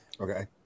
Okay